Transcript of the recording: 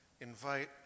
invite